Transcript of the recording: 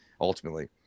ultimately